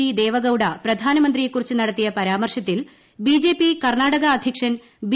D Devegowda പ്രധാനമന്ത്രിയെക്കുറിച്ച് നടത്തിയ പരാമർശത്തിൽ ബിജെപി കർണ്ണാടക അദ്ധ്യക്ഷൻ ബി